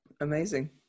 Amazing